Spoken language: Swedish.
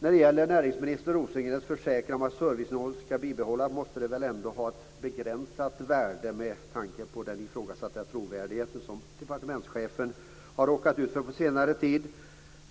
När det gäller näringsminister Rosengrens försäkran om att servicenivån ska bibehållas måste den väl anses ha ett begränsat värde med tanke på den ifrågasatta trovärdigheten som departementschefen har råkat ut för på senare tid.